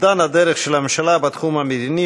אובדן הדרך של הממשלה בתחום המדיני,